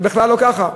זה בכלל לא ככה,